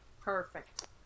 Perfect